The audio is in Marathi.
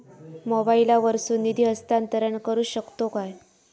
मोबाईला वर्सून निधी हस्तांतरण करू शकतो काय?